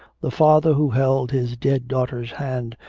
the father who held his dead daughter's hand,